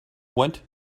went